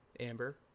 Amber